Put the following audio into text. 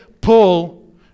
Paul